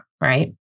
right